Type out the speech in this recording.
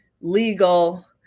legal